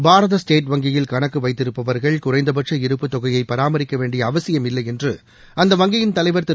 பாரத state வங்கியில் கணக்கு வைத்திருப்பவர்கள் குறைந்தபட்ச இருப்புத் தொகையை பராமரிக்க வேண்டிய அவசியமில்லை என்று அந்த வங்கியின் தலைவர் திரு